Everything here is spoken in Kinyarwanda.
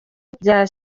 bya